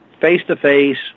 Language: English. face-to-face